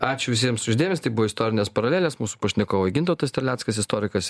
ačiū visiems už dėmesį tai buvo istorinės paralelės mūsų pašnekovai gintautas terleckas istorikas